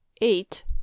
eight